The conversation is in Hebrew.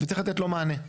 וצריך לתת לו מענה,